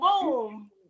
boom